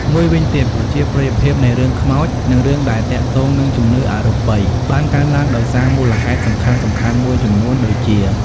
មួយវិញទៀត ប្រជាប្រិយភាពនៃរឿងខ្មោចនិងរឿងដែលទាក់ទងនឹងជំនឿអរូបីបានកើនឡើងដោយសារមូលហេតុសំខាន់ៗមួយចំនួនដូចជា។